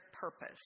purpose